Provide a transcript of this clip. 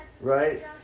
Right